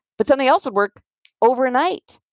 but something else would work over night.